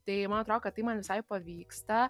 tai man atrodo kad tai man visai pavyksta